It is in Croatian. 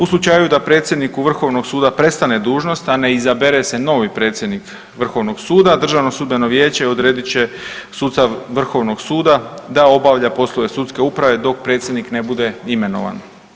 U slučaju da predsjedniku Vrhovnog suda prestane dužnost, a ne izabere se novi predsjednik Vrhovnog suda, Državno sudbeno vijeće odredit će sudca Vrhovnog suda da obavlja poslove sudske uprave dok predsjednik ne bude imenovan.